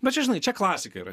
bet čia žinai čia klasika yra